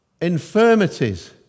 infirmities